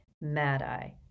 Mad-eye